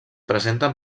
presenten